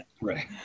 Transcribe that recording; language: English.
Right